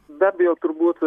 be abejo turbūt